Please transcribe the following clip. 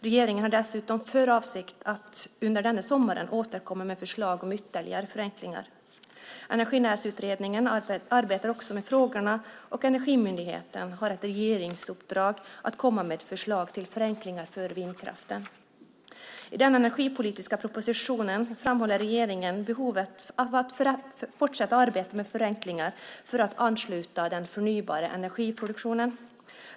Regeringen har dessutom för avsikt att under sommaren återkomma med förslag om ytterligare förenklingar. Energinätsutredningen arbetar också med frågorna, och Energimyndigheten har ett regeringsuppdrag att komma med ett förslag till förenklingar för vindkraften. I den energipolitiska propositionen framhåller regeringen behovet av fortsatt arbete med förenklingar för att ansluta den förnybara energiproduktionen.